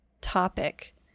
topic